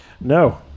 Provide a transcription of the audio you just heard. No